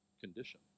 condition